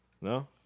No